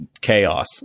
chaos